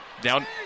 Down